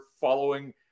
following